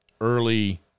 early